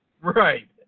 Right